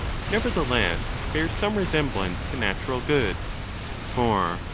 nevertheless bears some resemblance to natural good for,